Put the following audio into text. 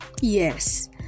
yes